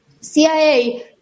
CIA